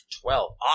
Twelve